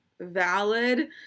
valid